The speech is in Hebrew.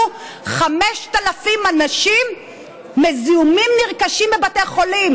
5,000 אנשים מזיהומים נרכשים בבתי חולים.